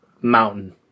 mountain